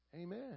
Amen